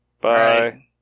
Bye